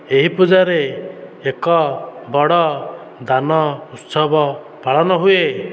ଏହି ପୂଜାରେ ଏକ ବଡ଼ ଦାନ ଉତ୍ସବ ପାଳନ ହୁଏ